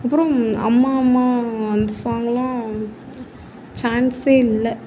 அப்புறம் அம்மா அம்மா அந்த சாங்கெல்லாம் சான்ஸே இல்லை